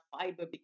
fiber